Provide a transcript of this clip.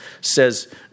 says